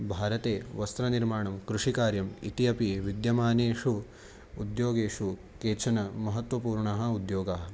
भारते वस्त्रनिर्माणं कृषिकार्यम् इति अपि विद्यमानेषु उद्योगेषु केचन महत्वपूर्णाः उद्योगाः